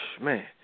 man